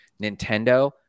Nintendo